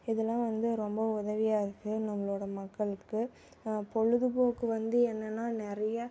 இதலாம் வந்து ரொம்ப உதவியாக இருக்குது நம்மளோட மக்களுக்கு பொழுதுபோக்கு வந்து என்னென்னால் நிறைய